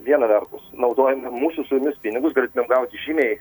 viena vertus naudojame mūsų su jumis pinigus galėtumėm gauti žymiai